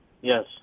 Yes